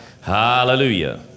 Hallelujah